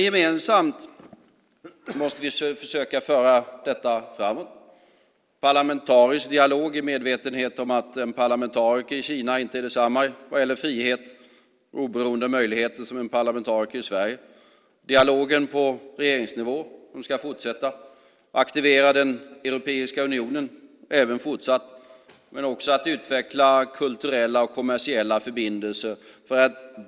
Gemensamt måste vi försöka föra detta framåt genom parlamentarisk dialog - medvetna om att en parlamentariker i Kina inte har samma frihet och oberoende möjligheter som en parlamentariker i Sverige - och genom att fortsätta dialogen på regeringsnivå, fortsätta aktivera Europeiska unionen och också utveckla kulturella och kommersiella förbindelser.